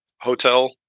hotel